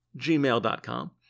gmail.com